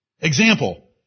Example